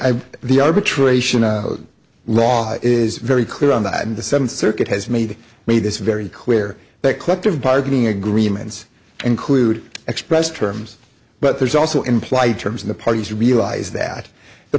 i the arbitration law is very clear on that and the seventh circuit has made made this very clear that collective bargaining agreements include expressed terms but there's also implied terms in the parties realize that the